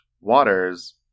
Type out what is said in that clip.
Waters